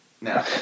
No